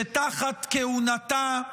תחת כהונתה,